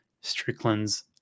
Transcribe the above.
Strickland's